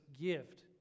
gift